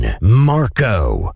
Marco